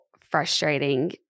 frustrating